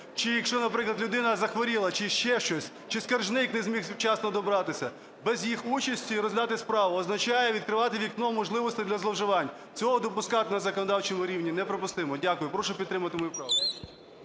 чи якщо, наприклад, людина захворіла, чи ще щось, чи скаржник не зміг вчасно добратися. Без їх участі розглядати справу означає відкривати вікно можливостей для зловживань. Цього допускати на законодавчому рівні неприпустимо. Дякую. Прошу підтримати мою правку.